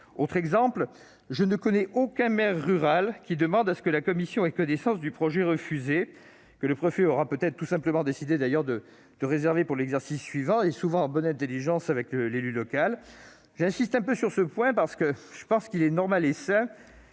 Autre exemple, je ne connais aucun maire rural qui demande que la commission ait connaissance du projet refusé, que le préfet aura peut-être tout simplement décidé de réserver pour l'exercice suivant, souvent en bonne intelligence avec l'élu local. J'insiste un peu sur ce point : il est normal et sain